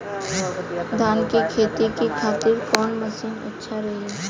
धान के खेती के खातिर कवन मशीन अच्छा रही?